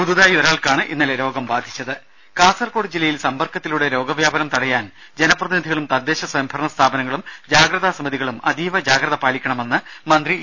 പുതുതായി ഒരാൾക്കാണ് രോഗം ബാധിച്ചത് രുമ കാസർകോട് ജില്ലയിൽ സമ്പർക്കത്തിലൂടെ രോഗ വ്യാപനം തടയാൻ ജനപ്രതിനിധികളും തദ്ദേശ സ്വയംഭരണ സ്ഥാപനങ്ങളും ജാഗ്രതാ സമിതികളും അതീവ ജാഗ്രത പാലിക്കണമെന്ന് മന്ത്രി ഇ